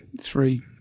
three